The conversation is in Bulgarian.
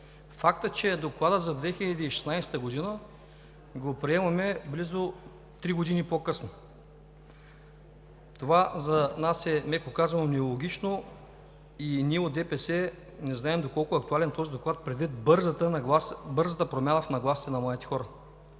Фактът, че Докладът за 2016 г. го приемаме близо три години по късно, това за нас е, меко казано, нелогично и ние от ДПС не знаем доколко е актуален този доклад предвид бързата промяна в нагласата на младите хора.